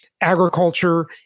agriculture